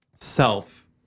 Self